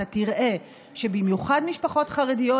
אתה תראה שבמיוחד משפחות חרדיות,